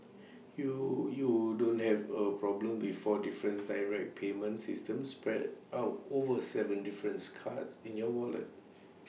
you you don't have A problem with four different direct payment systems spread out over Seven different cards in your wallet